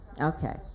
Okay